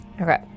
Okay